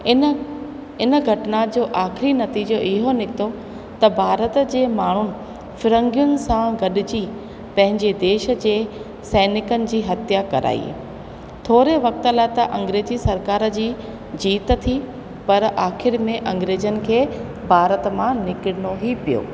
इन इन घटना जो आख़िरी नतीज़ो इहो निकितो त भारत जे माण्हू फिरंगियुनि सां गॾिजी पंहिंजे देश जे सैनिकनि जी हथ्या कराई थोरे वक़्त लाइ त अंग्रेजी सरकार जी जीत थी पर आख़िर में अंग्रेजनि खे भारत मां निकिरणो ई पियो